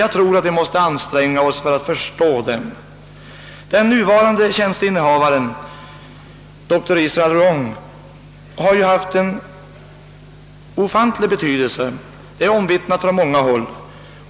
Jag anser att vi bör anstränga oss att förstå dem. De insatser som gjorts av den nuvarande tjänsteinnehavaren, dr Israel Ruong, har ju haft en ofantligt stor betydelse. Det är omvittnat från många håll.